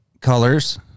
colors